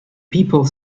people